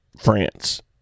France